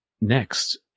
next